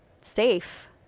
safe